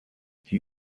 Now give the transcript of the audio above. die